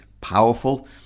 powerful